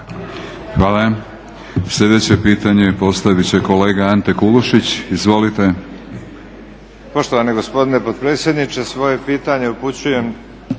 Hvala. Slijedeće pitanje postavit će kolega Ante Kulušić. Izvolite. **Kulušić, Ante (HDZ)** Poštovani gospodine potpredsjedniče, svoje pitanje upućujem